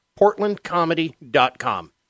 PortlandComedy.com